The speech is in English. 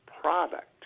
product